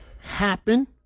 happen